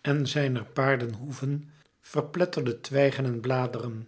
en zijner paarden hoeven gepletterde twijgen en bladeren